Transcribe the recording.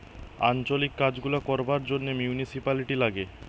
আঞ্চলিক কাজ গুলা করবার জন্যে মিউনিসিপালিটি লাগে